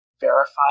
verify